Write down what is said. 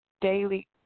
daily